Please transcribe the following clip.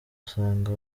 usanga